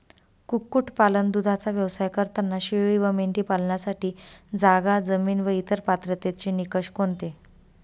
कुक्कुटपालन, दूधाचा व्यवसाय करताना शेळी व मेंढी पालनासाठी जागा, जमीन व इतर पात्रतेचे निकष कोणते?